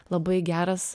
labai geras